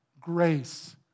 Grace